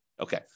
Okay